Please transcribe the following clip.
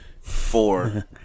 Four